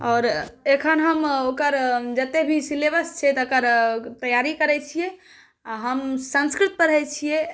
आओर एखन हम ओकर जतेक भी सिलेबस छै तकर तैआरी करै छिए आओर हम संस्कृत पढ़ै छिए